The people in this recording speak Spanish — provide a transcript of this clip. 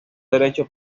derecho